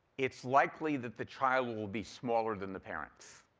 it's likely that the child will will be smaller than the parents.